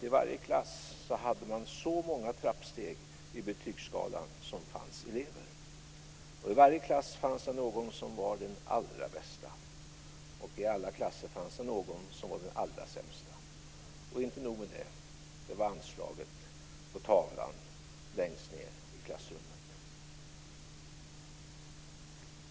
I varje klass hade man så många trappsteg i betygsskalan som det fanns elever. I varje klass fanns det någon som var den allra bästa och i alla klasser fanns det någon som var den allra sämsta. Inte nog med det. Det var anslaget på tavlan längst ner i klassrummet.